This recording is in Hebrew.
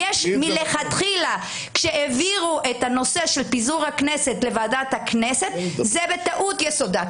מלכתחילה כשהעבירו את הנושא של פיזור הכנסת לוועדת הכנסת בטעות יסודה,